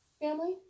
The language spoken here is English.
family